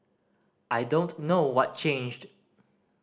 I don't know what changed